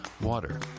water